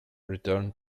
returned